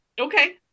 Okay